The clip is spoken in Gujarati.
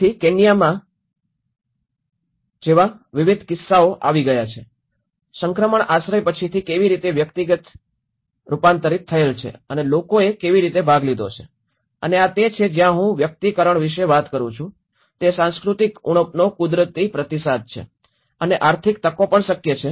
તેથી કેન્યામાં જેવા વિવિધ કિસ્સાઓ આવી ગયા છે સંક્રમણ આશ્રય પછીથી કેવી રીતે વ્યક્તિગત થયેલ છે અને લોકોએ કેવી રીતે ભાગ લીધો છે અને આ તે છે જ્યાં હું વ્યક્તિકરણ વિશે વાત કરું છું તે સાંસ્કૃતિક ઉણપનો કુદરતી પ્રતિસાદ છે અને આર્થિક તકો માટે પણ શક્ય છે